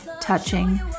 touching